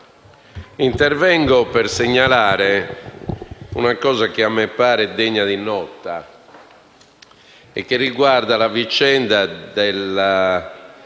intervengo per segnalare una cosa che a me pare degna di nota e che riguarda la vicenda della